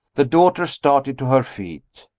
the daughter started to her feet.